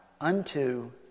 unto